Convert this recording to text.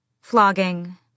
Flogging